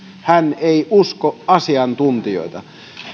hän ei usko asiantuntijoita